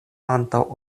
antaŭ